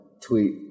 tweet